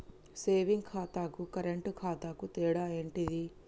Saving ఖాతాకు current ఖాతాకు తేడా ఏంటిది?